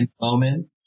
moment